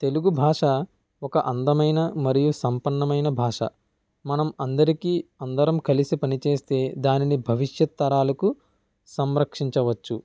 తెలుగు భాష ఒక అందమైన మరియు సంపన్నమైన భాష మనం అందరికీ అందరం కలిసి పని చేస్తే దానిని భవిష్యత్తు తరాలకు సంరక్షించవచ్చు